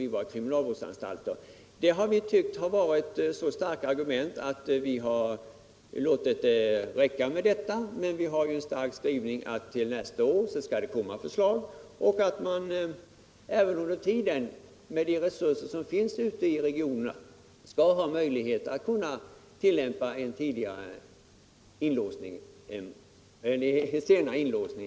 Dessa argument har vi ansett vara så starka att vi har böjt oss för dem. Utskottet har emellertid i sin skrivning starkt betonat att man med de resurser som finns ute i regionerna under tiden bör kunna tillämpa en senare inlåsning.